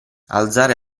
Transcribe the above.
alzare